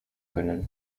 können